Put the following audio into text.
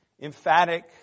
Emphatic